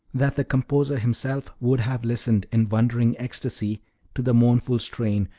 that the composer himself would have listened in wondering ecstasy to the mournful strains,